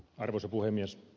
arvoisa puhemies